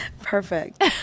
perfect